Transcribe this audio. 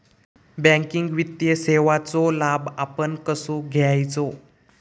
Banking वित्तीय सेवाचो लाभ आपण कसो घेयाचो?